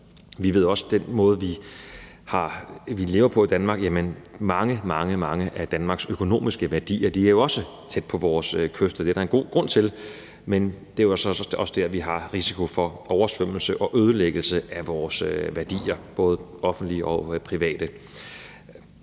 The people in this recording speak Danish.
Vi ved også, at med den måde, vi lever på i Danmark, er mange, mange af Danmarks økonomiske værdier også tæt på vores kyster. Det er der en god grund til, men det er jo så også der, vi har risiko for oversvømmelse og ødelæggelse af vores værdier – både offentlige og private.